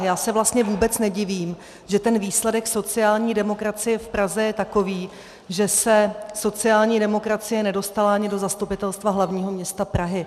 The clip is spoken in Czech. Já se vůbec nedivím, že ten výsledek sociální demokracie v Praze je takový, že se sociální demokracie nedostala ani do Zastupitelstva hlavního města Prahy.